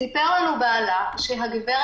סיפר לנו בעלה שהגב'